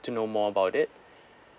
to know more about it